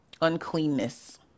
uncleanness